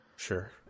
Sure